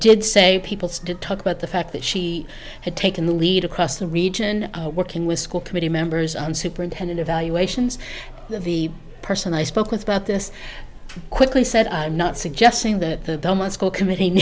did say people to talk about the fact that she had taken the lead a crust region working with school committee members and superintendent evaluations the person i spoke with about this quickly said i'm not suggesting that the school committee